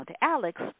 Alex